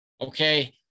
Okay